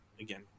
again